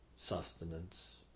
Sustenance